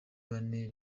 bane